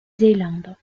zélande